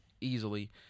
easily